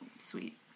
sweet